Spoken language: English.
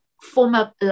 former